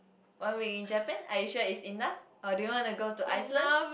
one week in Japan are you sure is enough or do you wanna to go to Iceland